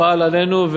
הבעל עננו,